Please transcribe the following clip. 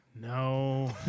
No